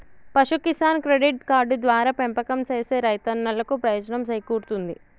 పశు Kisan credit card ద్వారా పెంపకం సేసే రైతన్నలకు ప్రయోజనం సేకూరుతుంది